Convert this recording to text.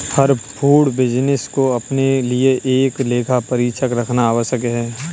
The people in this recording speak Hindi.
हर फूड बिजनेस को अपने लिए एक लेखा परीक्षक रखना आवश्यक है